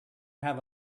have